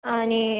आणि